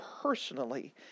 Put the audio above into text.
personally